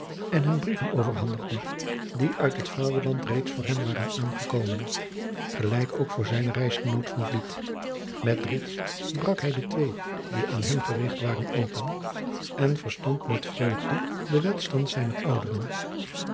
en hem brieven overhandigde die uit het vaderland reeds voor hem waren aangekomen gelijk ook voor zijnen reisgenoot van vliet met drift brak hij de twee die aan hem gerigt waren open en verstond met vreugde den welstand zijner ouderen